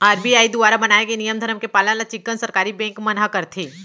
RBI दुवारा बनाए गे नियम धरम के पालन ल चिक्कन सरकारी बेंक मन ह करथे